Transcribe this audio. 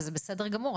וזה בסדר גמור.